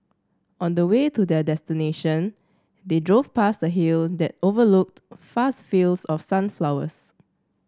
on the way to their destination they drove past a hill that overlooked fast fields of sunflowers